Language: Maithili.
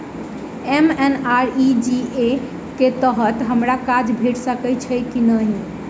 एम.एन.आर.ई.जी.ए कऽ तहत हमरा काज भेट सकय छई की नहि?